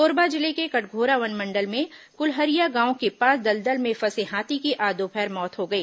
कोरबा जिले के कटघोरा वनमंडल में कुल्हरिया गांव के पास दलदल में फंसे हाथी की आज दोपहर मौत हो गई